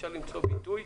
אפשר למצוא ביטוי